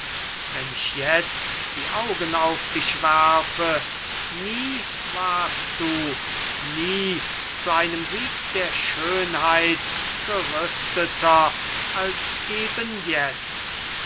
wenn ich jetzt die augen auf dich werfe nie warst du nie zu einem sieg der schönheit gerüsteter als eben jetzt